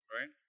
Right